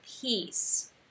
peace